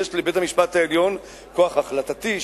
כי יש לבית-המשפט העליון כוח החלטתי,